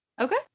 Okay